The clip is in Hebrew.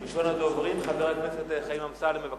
ראשון הדוברים, חבר הכנסת חיים אמסלם, בבקשה.